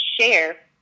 share